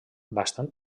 bastant